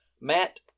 Matt